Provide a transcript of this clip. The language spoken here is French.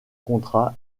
contrat